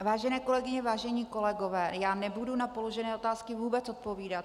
Vážené kolegyně, vážení kolegové, já nebudu na položené otázky vůbec odpovídat.